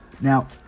Now